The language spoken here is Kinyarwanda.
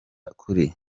kuri